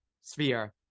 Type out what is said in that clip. sphere